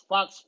Fox